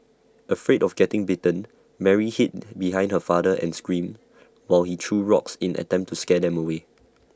afraid of getting bitten Mary hid behind her father and screamed while he threw rocks in attempt to scare them away